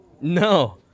no